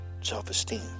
self-esteem